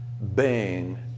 bang